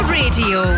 radio